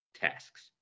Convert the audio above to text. tasks